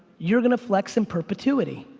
you're gonna flex in perpetuity.